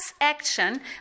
action